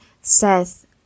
Seth